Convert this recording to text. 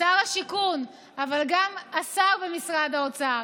שר השיכון, אבל גם השר במשרד האוצר,